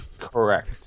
Correct